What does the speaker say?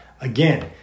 again